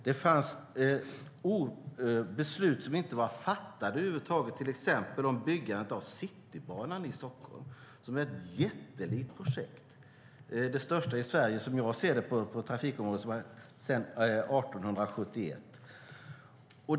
Det fanns beslut som inte var fattade över huvud taget, till exempel om byggandet av Citybanan i Stockholm, som är ett jättelikt projekt. Det är det största i Sverige sedan 1871.